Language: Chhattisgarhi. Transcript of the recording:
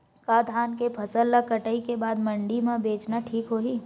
का धान के फसल ल कटाई के बाद मंडी म बेचना ठीक होही?